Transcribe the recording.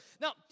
Now